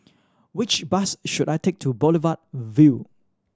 which bus should I take to Boulevard Vue